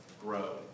grow